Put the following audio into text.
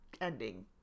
ending